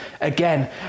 again